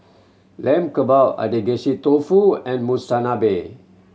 Lamb Kebab Agedashi Dofu and Monsunabe